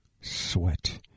sweat